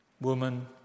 Woman